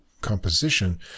composition